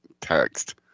text